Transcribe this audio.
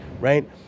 Right